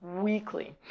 weekly